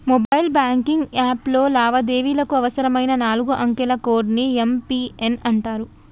mobile banking యాప్లో లావాదేవీలకు అవసరమైన నాలుగు అంకెల కోడ్ ని యం.పి.ఎన్ అంటరు